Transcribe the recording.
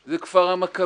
זה כפר המכבייה,